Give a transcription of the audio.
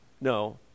No